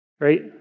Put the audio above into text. right